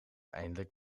eindelijk